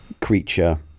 creature